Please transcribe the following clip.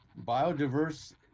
biodiverse